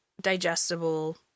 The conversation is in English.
digestible